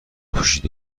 پوشیده